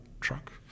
truck